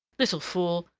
little fool,